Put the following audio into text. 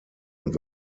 und